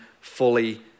fully